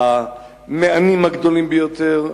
למאיימים הגדולים ביותר,